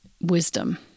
wisdom